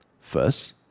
First